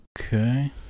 Okay